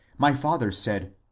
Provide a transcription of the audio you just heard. my father said,